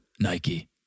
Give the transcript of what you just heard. Nike